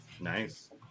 Nice